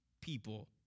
people